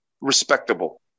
respectable